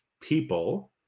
people